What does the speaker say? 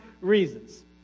reasons